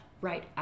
right